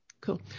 Cool